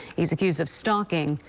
he's accused of stalking,